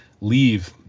leave